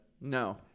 No